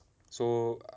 so